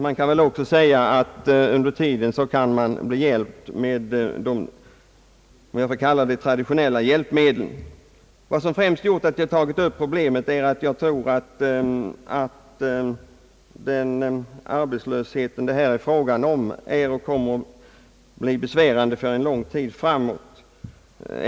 Man kan väl också säga att man under tiden kan bli hjälpt med vad jag vill kalla »traditionella hjälpmedel». Vad som främst gjort att jag tagit upp problemei är att jag tror att den arbetslöshet det här är fråga om är och kommer att bli besvärande för lång tid framåt.